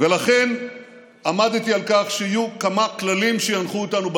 ולכן עמדתי על כך שיהיו כמה כללים שינחו אותנו בהמשך.